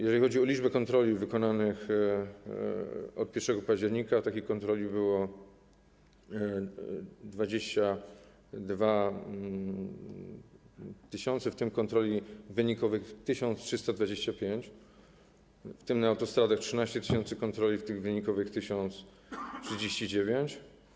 Jeżeli chodzi o liczbę kontroli wykonanych od 1 października, to takich kontroli było 22 tys., w tym kontroli wynikowych 1325, w tym na autostradach - 13 tys. kontroli, w tym wynikowych - 1039.